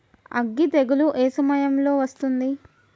అగ్గి తెగులు ఏ సమయం లో వస్తుంది?